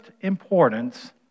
importance